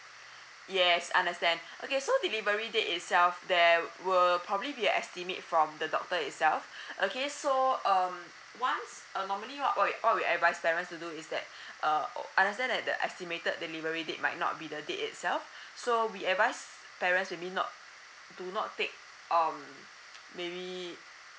yes understand okay so delivery date itself there will probably be an estimate from the doctor itself okay so um once uh normally what what we what we advise parents to do is that uh err I understand that the estimated delivery date might not be the date itself so we advise parents maybe not do not take um maybe